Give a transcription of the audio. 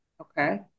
okay